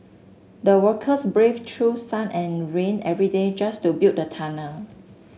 the workers braved through sun and rain every day just to build the tunnel